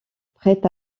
prêt